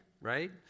right